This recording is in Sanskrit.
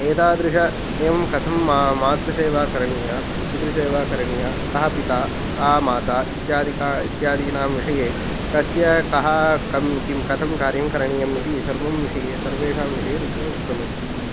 एतादृश एवं कथम् मा मातृसेवा करणीया पितृसेवा करणीया कः पिता का माता इत्यादिका इत्यादीनां विषये तस्य कः कं किं कथं कार्यं करणीयम् इति सर्वं विषये सर्वेषां विषये तत्र उक्तमस्ति